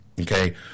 Okay